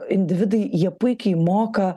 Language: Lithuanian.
individai jie puikiai moka